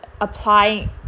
apply